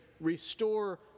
restore